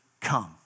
come